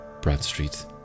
Bradstreet